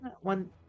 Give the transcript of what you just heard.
one